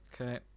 Okay